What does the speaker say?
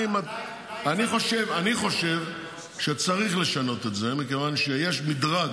אני חושב שצריך לשנות את זה, מכיוון שיש מדרג